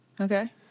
Okay